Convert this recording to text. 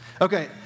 Okay